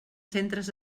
centres